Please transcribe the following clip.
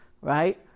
right